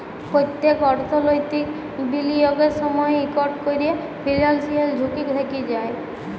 প্যত্তেক অর্থলৈতিক বিলিয়গের সময়ই ইকট ক্যরে ফিলান্সিয়াল ঝুঁকি থ্যাকে যায়